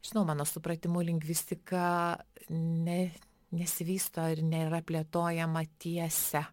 žinoma mano supratimu lingvistika ne nesivysto ir nėra plėtojama tiese